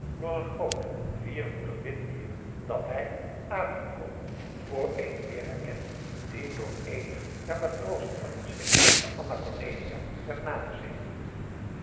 door een groot viervoetig wit dier dat adriaan loosjes pzn het leven van johannes wouter blommesteyn hij nader gekomen voor eenen beer herkende die door eenige der matrozen van het schip de anna cornelia werd nagezeten